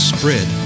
Spread